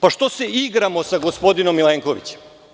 Pa što se igramo sa gospodinom Milenkovićem?